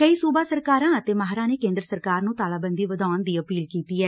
ਕਈ ਸੁਬਾ ਸਰਕਾਰਾਂ ਅਤੇ ਮਾਹਿਰਾਂ ਨੇ ਕੇਂਦਰ ਸਰਕਾਰ ਨੂੰ ਤਾਲਾਬੰਦੀ ਵਧਾਉਣ ਦੀ ਅਪੀਲ ਕੀਤੀ ਐ